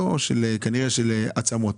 כנראה של עצמות.